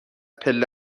پله